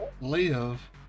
live